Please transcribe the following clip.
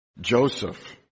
Joseph